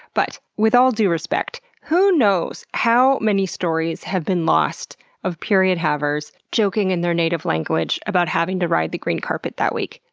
but with all due respect, who knows how many stories have been lost of period-havers joking in their native language about having to ride the green carpet that week.